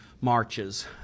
marches